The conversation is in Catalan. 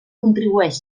contribueix